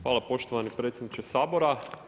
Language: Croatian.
Hvala poštovani predsjedniče Sabora.